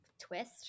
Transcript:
twist